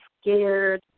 scared